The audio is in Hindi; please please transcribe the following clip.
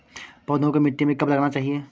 पौधों को मिट्टी में कब लगाना चाहिए?